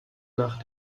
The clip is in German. nach